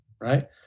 Right